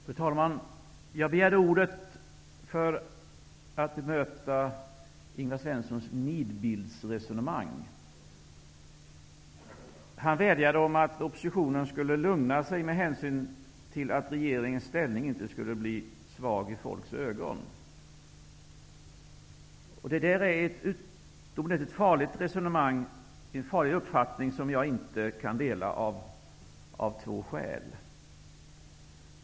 Fru talman! Jag begärde ordet för att möta Ingvar Svenssons nidbildsresonemang. Han vädjade om att oppositionen skulle lugna sig med hänsyn till att regeringens ställning inte skulle bli för svag i folks ögon. Det är en utomordentligt farlig uppfattning som jag av två skäl inte kan dela.